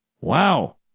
Wow